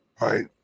right